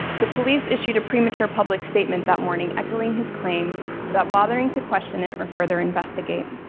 the police issued a premature public statement that morning, echoing his claims without bothering to question it or further investigate.